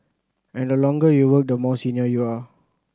and the longer you work the more senior you are